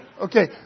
Okay